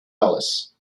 alice